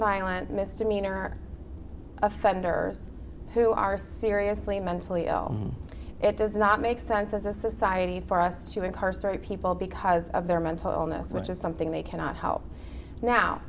nonviolent misdemeanor offenders who are seriously mentally ill it does not make sense as a society for us to incarcerate people because of their mental illness which is something they cannot help now